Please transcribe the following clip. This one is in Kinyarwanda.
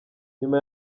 nyuma